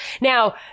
Now